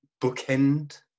bookend